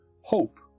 Hope